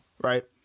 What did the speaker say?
Right